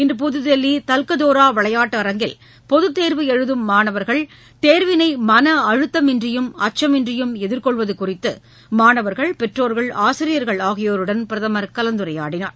இன்று புதுதில்லி தல்கதோரா விளையாட்டரங்கில் பொதுத்தோ்வு எழுதும் மாணவர்கள் தோ்வினை மன அழுத்தமின்றியும் அச்சமின்றியும் எதிா்கொள்வது குறித்து மாணவா்கள் பெற்றோ்கள் ஆசிரியர்கள் ஆகியோருடன் பிரதமர் கலந்துரையாடினார்